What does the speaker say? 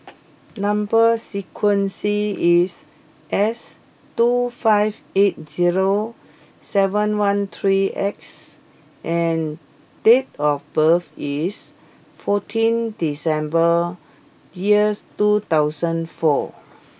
number sequence is S two five eight zero seven one three X and date of birth is fourteen December dears two thousand four